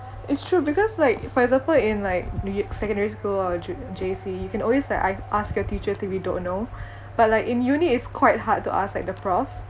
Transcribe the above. it's true because like for example in like new ye~ secondary school or j~ J_C you can always like a~ ask your teachers if we don't know but like in uni it's quite hard to ask like the profs